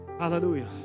Hallelujah